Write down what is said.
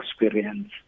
experience